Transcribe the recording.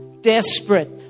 desperate